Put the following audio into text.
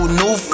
new